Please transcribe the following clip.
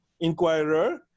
inquirer